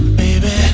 baby